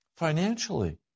Financially